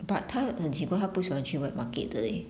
but 她很很奇怪她不喜欢去 wet market 的 leh